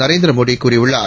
நரேந்திரமோடிகூறியுள்ளார்